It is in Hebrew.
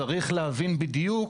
צריך להבין בדיוק